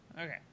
Okay